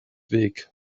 weg